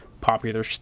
popular